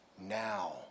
Now